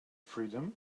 freedom